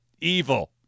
evil